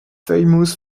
famous